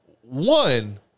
one